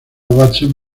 watson